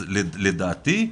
לדעתי,